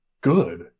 good